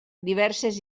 diverses